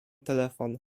telefon